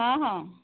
ହଁ ହଁ